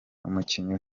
umukinnyi